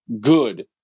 good